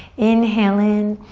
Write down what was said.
inhale in.